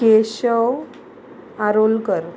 Keshav Arolkar